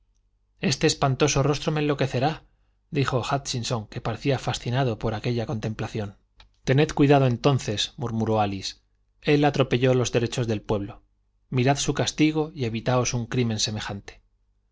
este espantoso rostro me enloquecerá dijo hútchinson que parecía fascinado por aquella contemplación tened cuidado entonces murmuró álice él atropelló los derechos del pueblo mirad su castigo y evitaos un crimen semejante